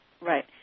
Right